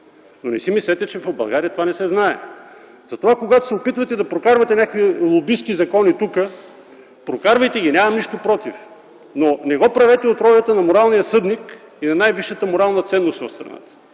Но не си мислете, че в България това не се знае! Затова когато се опитвате да прокарвате някакви лобистки закони тук, прокарвайте ги, нямам нищо против, но не го правете от ролята на моралния съдник и на най-висшата морална ценност в страната.